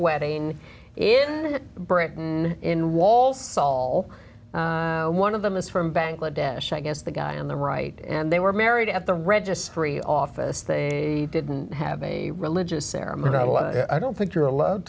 wedding in britain in wall saul one of them is from bangladesh i guess the guy on the right and they were married at the registry office they didn't have a religious ceremony not a lot i don't think you're allowed